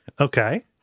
Okay